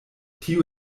tio